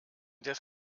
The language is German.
des